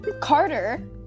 Carter